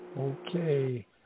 Okay